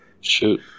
shoot